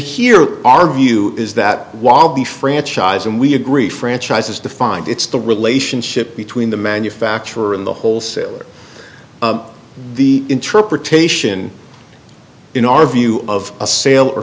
here our view is that while the franchise and we agree franchise is defined it's the relationship between the manufacturer and the wholesaler the interpretation in our view of a sale or